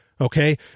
Okay